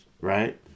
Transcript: Right